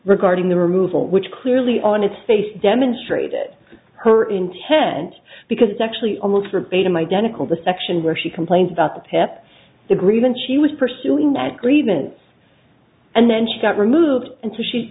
regarding the removal which clearly on its face demonstrate that her intent because it's actually almost verbatim identical the section where she complains about the pip agreement she was pursuing that treatment and then she got removed and so she